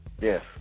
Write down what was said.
Yes